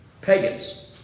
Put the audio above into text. pagans